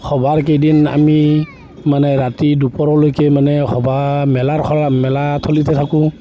সভাৰকেইদিন আমি মানে ৰাতি দুপৰলৈকে মানে সভা মেলাৰ সভা মেলাথলীতে থাকোঁ